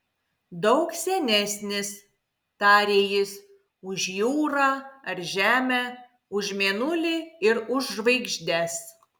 daug senesnis tarė jis už jūrą ar žemę už mėnulį ir už žvaigždes